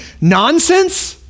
nonsense